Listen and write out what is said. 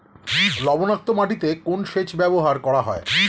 লবণাক্ত মাটিতে কোন সেচ ব্যবহার করা হয়?